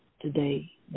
today